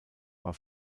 war